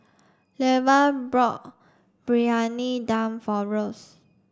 Leva bought Briyani Dum for Russ